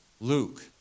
Luke